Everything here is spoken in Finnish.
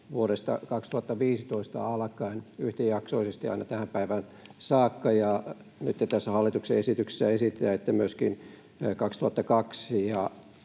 vuodesta 2015 alkaen yhtäjaksoisesti aina tähän päivään saakka, ja nytten tässä hallituksen esityksessä esitetään, että myöskin 2022